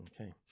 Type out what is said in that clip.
Okay